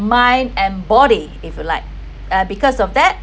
mind and body if you like uh because of that